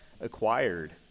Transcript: acquired